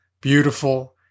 beautiful